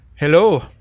Hello